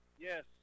Yes